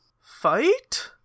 fight